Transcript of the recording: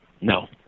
no